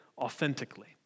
authentically